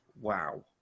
Wow